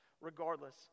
regardless